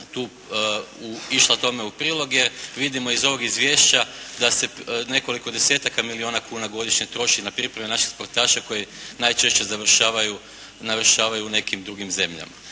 tu išla tome u prilogu, jer vidimo iz ovog izvješća da se nekoliko desetaka milijuna kuna godišnje troši na pripreme naših sportaša koji najčešće završavaju u nekim drugim zemljama.